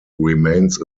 remains